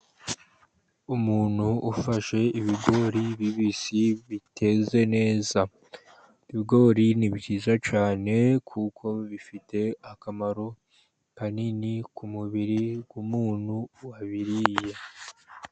Umuntu ufashe ibigori bibisi biteze neza. Ibigori ni byiza cyane kuko bifite akamaro kanini ku mubiri w'umuntu wabiriye.